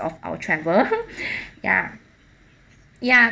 of our travel ya ya